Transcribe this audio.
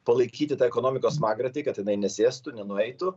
palaikyti tą ekonomikos smagratį kad jinai nesėstų nenueitų